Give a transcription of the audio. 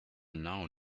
now